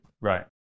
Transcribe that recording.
right